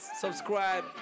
subscribe